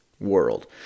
world